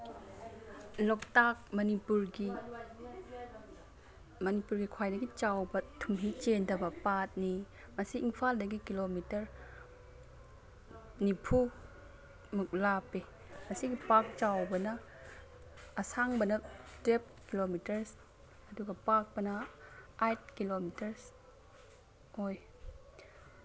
ꯂꯣꯛꯇꯥꯛ ꯃꯅꯤꯄꯨꯔꯒꯤ ꯃꯅꯤꯄꯨꯔꯒꯤ ꯈ꯭ꯋꯥꯏꯗꯒꯤ ꯆꯥꯎꯕ ꯊꯨꯝꯒꯤ ꯆꯦꯟꯗꯕ ꯄꯥꯠꯅꯤ ꯃꯁꯤ ꯏꯝꯐꯥꯜꯗꯒꯤ ꯀꯤꯂꯣꯃꯤꯇꯔ ꯅꯤꯐꯨꯃꯨꯛ ꯂꯥꯞꯄꯤ ꯃꯁꯤꯒꯤ ꯄꯥꯛ ꯆꯥꯎꯕꯅꯑꯁꯥꯡꯕꯅ ꯇ꯭ꯋꯦꯜꯐ ꯀꯤꯂꯣꯃꯤꯔꯁ ꯑꯗꯨꯒ ꯄꯥꯛꯄꯅ ꯑꯩꯠ ꯀꯤꯂꯣꯃꯤꯇꯔꯁ ꯑꯣꯏ